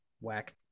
whack